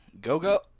Go-Go